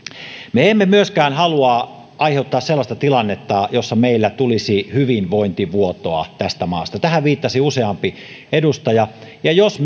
me emme myöskään halua aiheuttaa sellaista tilannetta jossa meillä tulisi hyvinvointivuotoa tästä maasta tähän viittasi useampi edustaja jos